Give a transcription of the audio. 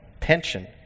tension